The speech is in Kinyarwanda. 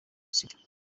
sosiyete